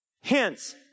Hence